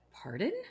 pardon